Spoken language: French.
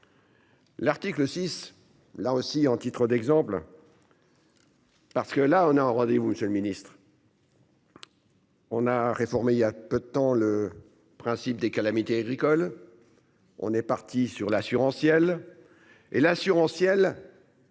L'article 6, là aussi en titre d'exemple. Parce que là on a un rendez-vous Monsieur le Ministre. On a réformé il y a peu de temps le principe des calamités agricoles. On est parti sur l'assurantiel. Et l'assurantiel.